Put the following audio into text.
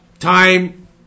time